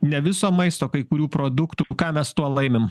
ne viso maisto kai kurių produktų ką mes tuo laimim